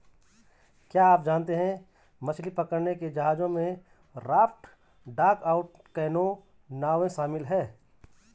क्या आप जानते है मछली पकड़ने के जहाजों में राफ्ट, डगआउट कैनो, नावें शामिल है?